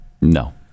No